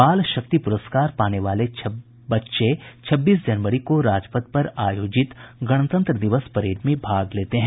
बाल शक्ति पुरस्कार पाने वाले बच्चे छब्बीस जनवरी को राजपथ पर आयोजित गणतंत्र दिवस परेड में भाग लेते है